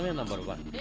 number one